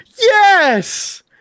Yes